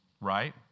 Right